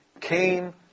came